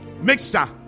Mixture